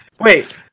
wait